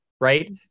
right